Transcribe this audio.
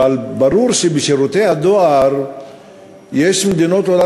אבל ברור שבשירותי הדואר יש מדינות עולם